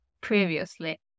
previously